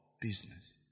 business